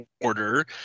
order